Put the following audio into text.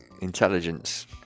Intelligence